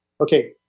okay